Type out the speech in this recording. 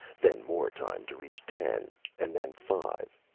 then more time to reach ten, and then five,